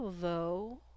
though—